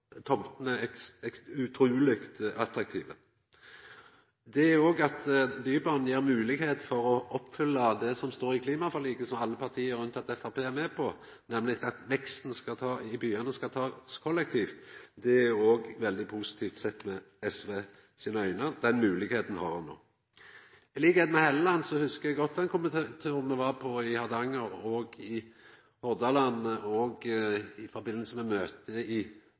tomtene er utruleg attraktive. Det gjer òg at Bybanen gjev moglegheit for å oppfylla det som står i klimaforliket, som alle partia unntatt Framstegspartiet er med på, nemleg at veksten i byane skal takast kollektivt. Det er òg veldig positivt sett med SV sine auge. Den moglegheita har ein no. På same måte som Helleland hugsar eg godt den komitéturen me var på i Hardanger, og i Hordaland i forbindelse med møtet i